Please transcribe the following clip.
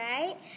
right